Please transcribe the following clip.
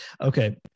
Okay